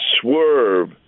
swerve